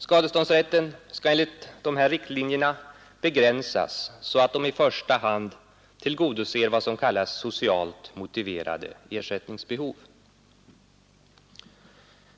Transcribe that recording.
Skadeståndsrätten skall enligt dessa riktlinjer begränsas så, att den i första hand tillgodoser vad som kallas socialt motiverade ersättningsbehov.